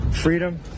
freedom